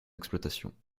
exploitation